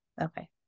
okay